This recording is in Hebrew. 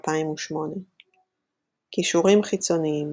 2008. קישורים חיצוניים